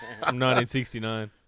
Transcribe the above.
1969